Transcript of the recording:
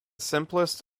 simplest